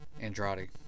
Andrade